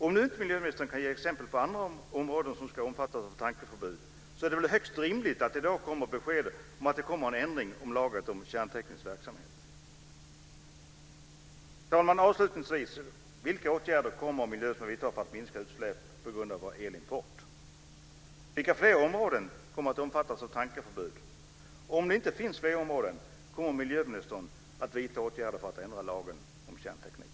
Om nu inte miljöministern kan ge exempel på andra områden som ska omfattas av tankeförbud, så är det väl högst rimligt att det i dag kommer besked om att det kommer ändring i lagen om kärnteknisk verksamhet. Fru talman! Avslutningsvis vill jag fråga: Vilka åtgärder kommer miljöministern att vidta för att minska utsläpp på grund av vår elimport? Vilka fler områden kommer att omfattas av tankeförbud? Om det inte finns fler områden, kommer miljöministern att vidta åtgärder för att ändra lagen om kärnteknik?